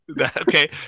okay